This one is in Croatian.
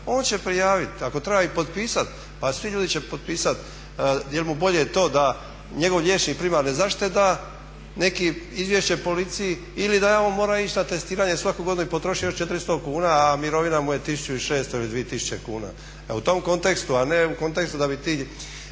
on će prijaviti, ako treba potpisati. Pa svi ljudi će potpisati jel mu bolje to da njegov liječnik primarne zaštite da izvješće policiji ili da je on morao ići na testiranje svaku godinu i potroši još 400 kuna, a mirovina mu je 1.600 ili 2.000 kuna. Evo u tom kontekstu a ne u kontekstu da bi ti